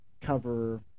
cover